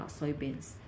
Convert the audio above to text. soybeans